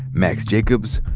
max jacobs,